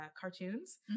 cartoons